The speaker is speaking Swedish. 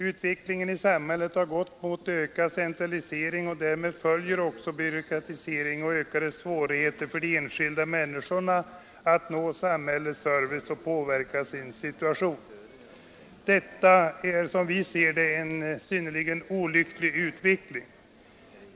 Utvecklingen i samhället har gått mot ökad centralisering, och därmed följer ofta byråkratisering och ökade svårigheter för de enskilda människorna att nå samhällets service och påverka sin situation. Detta är, som vi ser det, en synnerligen olycklig utveckling.